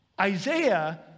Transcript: Isaiah